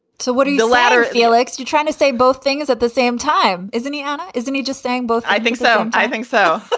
what are you the latter? felix, you trying to say both things at the same time? is indiana, isn't he just saying both? i think so. i think so.